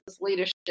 leadership